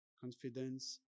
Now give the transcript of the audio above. confidence